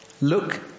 look